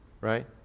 Right